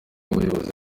abayobozi